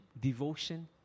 devotion